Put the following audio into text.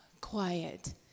quiet